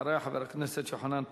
ואחריה, חבר הכנסת יוחנן פלסנר.